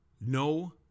No